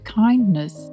kindness